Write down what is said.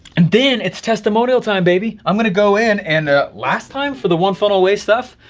and then it's testimonial time baby. i'm gonna go in and last time for the one funnel away stuff.